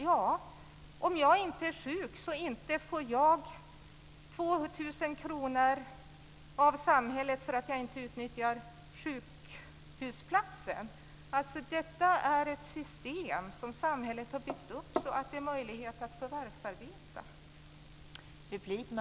Ja, om jag inte är sjuk så inte får jag 2 000 kr av samhället för att jag inte utnyttjar sjukhusplatsen. Detta är ett system som samhället har byggt upp för att ge möjlighet att förvärvsarbeta.